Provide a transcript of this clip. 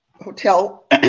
hotel